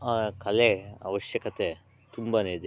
ಆ ಕಲೆ ಅವಶ್ಯಕತೆ ತುಂಬನೇ ಇದೆ